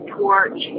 porch